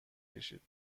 کشید